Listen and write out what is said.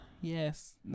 Yes